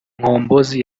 mkombozi